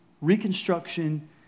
reconstruction